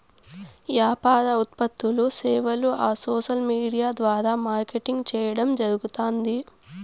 యాపార ఉత్పత్తులూ, సేవలూ ఆ సోసల్ విూడియా ద్వారా మార్కెటింగ్ చేయడం జరగుతాంది